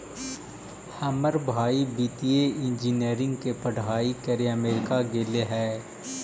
हमर भाई वित्तीय इंजीनियरिंग के पढ़ाई करे अमेरिका गेले हइ